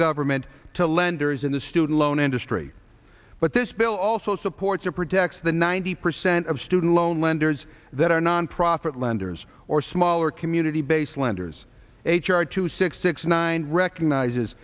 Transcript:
government to lenders in the student loan industry but this bill also supports it protects the ninety percent of student loan lenders that are nonprofit lenders or smaller community based lenders h r two six six nine recognizes